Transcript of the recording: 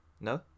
No